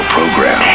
Program